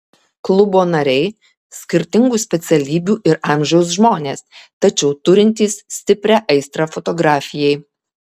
klubo nariai skirtingų specialybių ir amžiaus žmonės tačiau turintys stiprią aistrą fotografijai